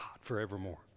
forevermore